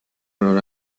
honor